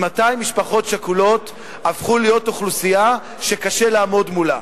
ממתי משפחות שכולות הפכו להיות אוכלוסייה שקשה לעמוד מולה?